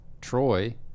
troy